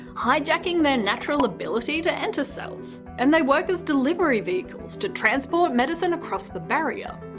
hijacking their natural ability to enter cells. and they work as delivery vehicles to transport medicine across the barrier.